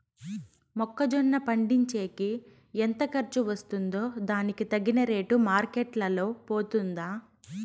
మొక్క జొన్న పండించేకి ఎంత ఖర్చు వస్తుందో దానికి తగిన రేటు మార్కెట్ లో పోతుందా?